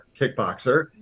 kickboxer